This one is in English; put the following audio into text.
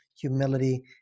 humility